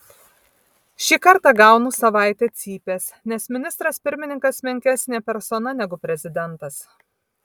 šį kartą gaunu savaitę cypės nes ministras pirmininkas menkesnė persona negu prezidentas